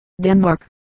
Denmark